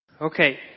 Okay